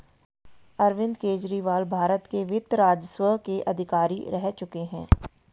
अरविंद केजरीवाल भारत के वित्त राजस्व के अधिकारी रह चुके हैं